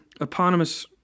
eponymous